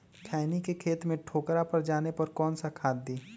खैनी के खेत में ठोकरा पर जाने पर कौन सा खाद दी?